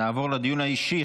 נעבור לדיון האישי.